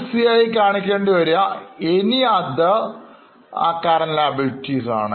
4 c any other current liabilities ആണ്